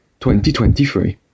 2023